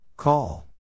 Call